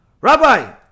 Rabbi